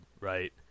right